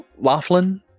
Laughlin